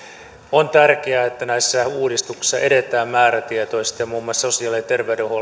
on tärkeää että näissä uudistuksissa edetään määrätietoisesti ja muun muassa sosiaali ja terveydenhuollon